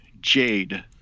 Jade